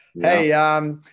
Hey